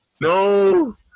No